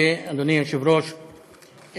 אדוני היושב-ראש,